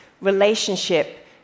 relationship